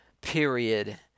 Period